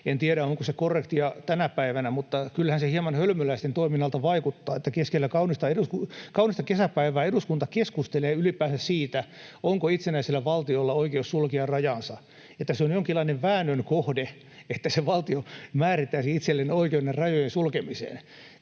En tiedä, onko se korrektia tänä päivänä, mutta kyllähän se hieman hölmöläisten toiminnalta vaikuttaa, että keskellä kaunista kesäpäivää eduskunta keskustelee ylipäänsä siitä, onko itsenäisellä valtiolla oikeus sulkea rajansa, ja tässä on jonkinlainen väännön kohde, että se valtio määrittäisi itselleen oikeuden rajojen sulkemiseen.